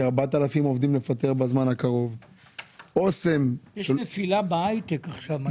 כ-4,000 עובדים בזמן הקרוב -- יש נפילה בהייטק עכשיו.